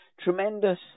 tremendous